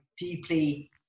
deeply